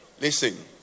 Listen